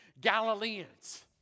Galileans